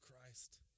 Christ